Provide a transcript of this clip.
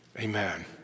amen